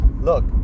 look